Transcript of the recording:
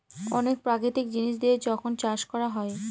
অনেক প্রাকৃতিক জিনিস দিয়ে যখন চাষ করা হয়